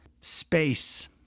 space